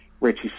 Richie